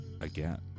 again